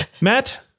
Matt